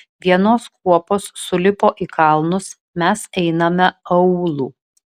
vienos kuopos sulipo į kalnus mes einame aūlu